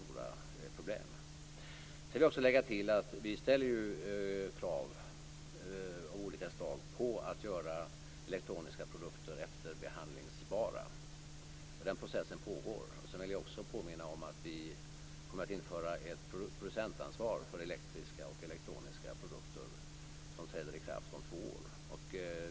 Sedan vill jag också lägga till att vi ställer ju krav på att man skall göra elektroniska produkter efterbehandlingsbara. Det är en process som pågår. Dessutom vill jag påminna om att vi kommer att införa ett producentansvar för elektriska och elektroniska produkter som träder i kraft om två år.